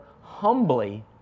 humbly